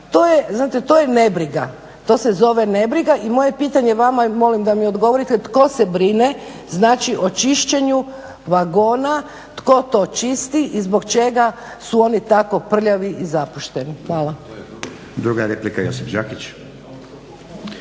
to je nebriga. To se zove nebriga i moje je pitanje vama i molim da mi odgovorite tko se brine, znači o čišćenju vagona, tko to čisti i zbog čega su oni tako prljavi i zapušteni. Hvala. **Stazić, Nenad